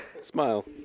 Smile